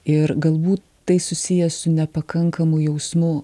ir galbūt tai susiję su nepakankamu jausmu